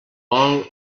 vol